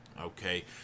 Okay